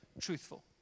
truthful